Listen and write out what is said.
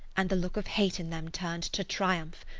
and the look of hate in them turned to triumph.